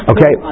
Okay